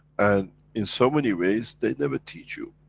and, in so many ways, they never teach you.